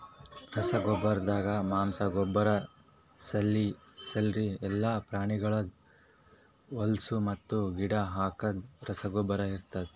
ರಸಗೊಬ್ಬರ್ದಾಗ ಮಾಂಸ, ಗೊಬ್ಬರ, ಸ್ಲರಿ ಎಲ್ಲಾ ಪ್ರಾಣಿಗಳ್ದ್ ಹೊಲುಸು ಮತ್ತು ಗಿಡಕ್ ಹಾಕದ್ ರಸಗೊಬ್ಬರ ಇರ್ತಾದ್